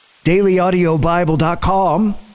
DailyAudioBible.com